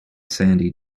sandy